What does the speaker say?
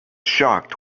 shocked